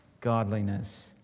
godliness